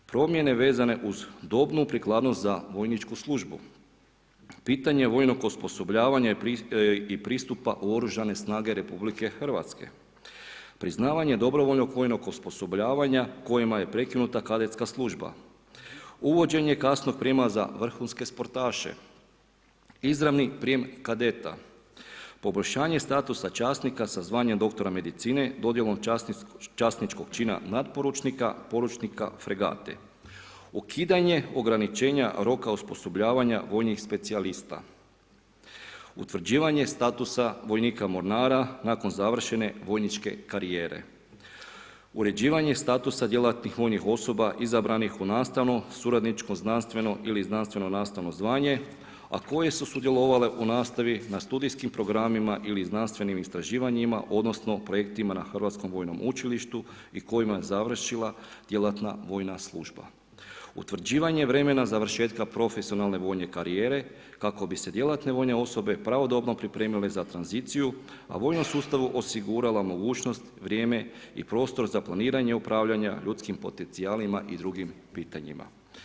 Promjene vezane uz dobnu prikladnost za vojnički službu, pitanje vojnog osposobljavanja i pristupa u Oružane snage RH, priznavanje dobrovoljnog vojnog osposobljavanja kojima je prekinuta kadetska služba, uvođenje kasno prima za vrhunske sportaše, izravni prijem kadeta, poboljšanje statusa časnika sa zvanjem doktora medicine dodjelom časničkog čina natporučnika, poručnika, fregate, ukidanje ograničenja roka osposobljavanja vojnih specijalista, utvrđivanje statusa vojnika mornara nakon završene vojničke karijere, uređivanje statusa djelatnih vojnih osoba izabranih u nastavno suradničko znanstveno ili znanstveno nastavno zvanje, a koje su sudjelovale u nastavi na studijskim programima ili znanstvenim istraživanjima odnosno projektima na Hrvatskom vojnom učilištu i kojima je završila djelatna vojna služba, utvrđenja vremena završetka profesionalne vojne karijere kako bi se djelatne vojne osobe pravodobno pripremile za tranziciju, a vojnom sustavu osigurala mogućnost, vrijeme i prostor za planiranje upravljanja ljudskim potencijalima i drugim pitanjima.